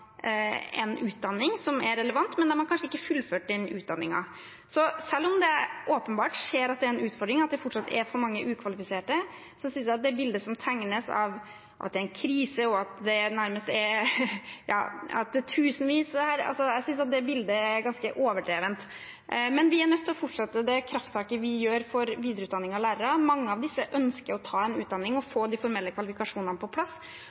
en utdanning som er relevant, men de har kanskje ikke fullført utdanningen. Så selv om det åpenbart skjer, og at det er en utfordring at det fortsatt er for mange ukvalifiserte, synes jeg det bildet som tegnes av at det nærmest er en krise, er ganske overdrevet. Men vi er nødt til å fortsette det krafttaket vi gjør for videreutdanning av lærere. Mange av disse ønsker å ta en utdanning og få de formelle kvalifikasjonene på plass.